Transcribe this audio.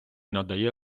надає